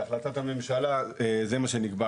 בהחלטת הממשלה זה מה שנקבע,